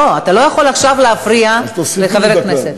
לא, אתה לא יכול עכשיו להפריע לחבר הכנסת.